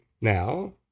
Now